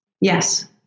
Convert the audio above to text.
Yes